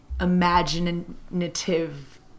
imaginative